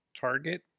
target